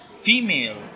female